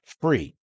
free